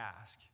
ask